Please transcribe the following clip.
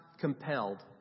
compelled